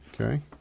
Okay